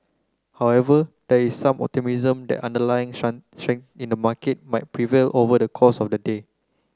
however there is some optimism that underlying in the market might prevail over the course of the day